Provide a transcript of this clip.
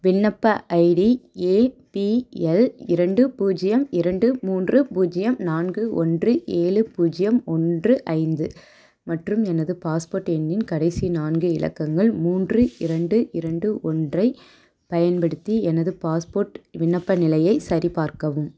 விண்ணப்ப ID APL இரண்டு பூஜ்ஜியம் இரண்டு மூன்று பூஜ்ஜியம் நான்கு ஒன்று ஏழு பூஜ்ஜியம் ஒன்று ஐந்து மற்றும் எனது பாஸ்போர்ட் எண்ணின் கடைசி நான்கு இலக்கங்கள் மூன்று இரண்டு இரண்டு ஒன்றை பயன்படுத்தி எனது பாஸ்போர்ட் விண்ணப்ப நிலையை சரிபார்க்கவும்